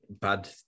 bad